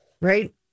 Right